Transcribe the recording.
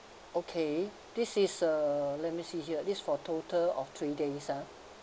okay this is uh let me see here this for total of three days ah